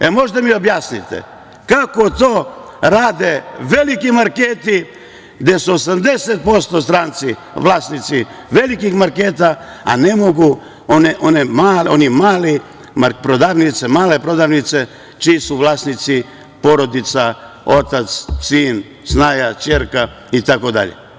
Da li možete da mi objasnite kako to rade veliki marketi, gde su 85% stranci vlasnici velikih marketa, a ne mogu one male prodavnice, čiji su vlasnici porodica, otac, sin, snaja, ćerka itd?